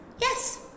yes